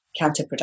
counterproductive